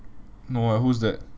no ah who's that